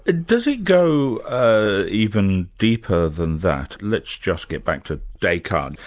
ah does it go even deeper than that? let's just get back to descartes.